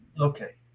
Okay